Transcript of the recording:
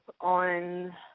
on